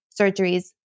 surgeries